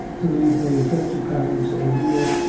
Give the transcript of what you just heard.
to lave me fifty pounds a year,